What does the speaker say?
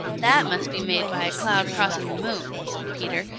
that must be made by a cloud crossing the moon, said peter,